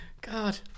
God